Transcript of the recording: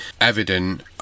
evident